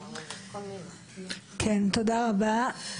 תודה רבה.